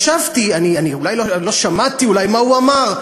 חשבתי, אולי לא שמעתי מה הוא אמר.